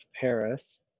Paris